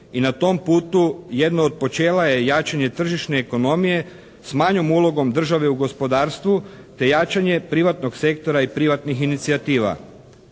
i na tom putu jedno od počela je jačanje tržišne ekonomije s manjom ulogom države u gospodarstvu te jačanje privatnog sektora i privatnih inicijativa.